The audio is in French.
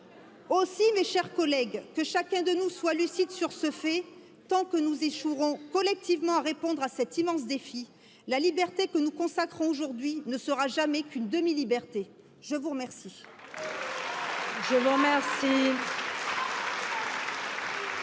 Aussi, mes chers collègues, que chacun de nous soit lucide sur ce fait tant que nous échouerons collectivement à de répondre à cet immense défi, la liberté que nous consacrons aujourd'hui ne sera jamais qu'une 1/2 liberté. Je vous remercie,